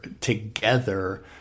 together